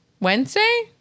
Wednesday